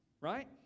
Right